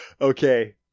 okay